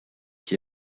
qui